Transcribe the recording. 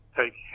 take